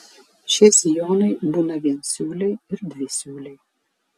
šie sijonai būna viensiūliai ir dvisiūliai